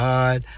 God